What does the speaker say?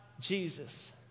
Jesus